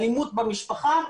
אלימות במשפחה,